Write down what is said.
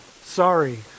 sorry